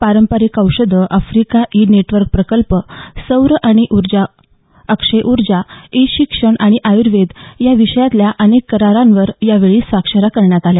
पारंपरिक औषधी Africa e network प्रकल्प सौर आणि अक्षय ऊर्जा ई शिक्षण आणि आयुर्वेद या विषयांतल्या अनेक करारांवर यावेळी स्वाक्षऱ्याही करण्यात आल्या